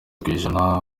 kwijana